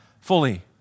fully